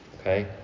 Okay